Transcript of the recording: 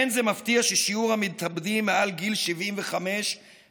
אין זה מפתיע ששיעור המתאבדים מעל גיל 75 מזנק.